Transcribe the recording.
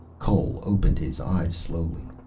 cole opened his eyes slowly.